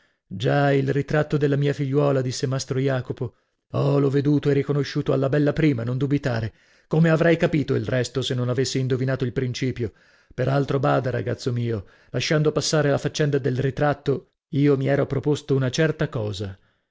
già il ritratto della mia figliuola disse mastro jacopo oh l'ho veduto e riconosciuto alla bella prima non dubitare come avrei capito il resto se non avessi indovinato il principio per altro bada ragazzo mio lasciando passare la faccenda del ritratto io mi ero proposto una certa cosa